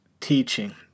teaching